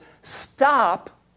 stop